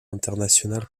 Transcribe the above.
international